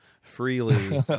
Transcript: Freely